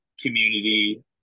community